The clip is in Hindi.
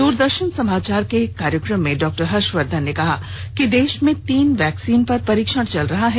दूरदर्शन समाचार के एक कार्यक्रम में डॉक्टर हर्षवर्धन ने कहा कि देश में तीन वैक्सीन पर परीक्षण चल रहा है